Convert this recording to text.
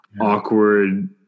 awkward